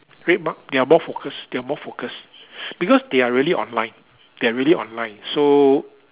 RedMart they are more focused they are more focused because they are really online they are really online so